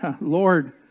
Lord